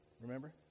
Remember